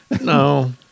No